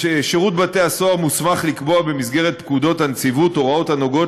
שירות בתי-הסוהר מוסמך לקבוע במסגרת פקודות הנציבות הוראות הנוגעות